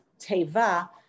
teva